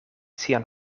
sian